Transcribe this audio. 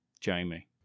Jamie